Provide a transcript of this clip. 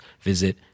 visit